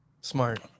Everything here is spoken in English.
Smart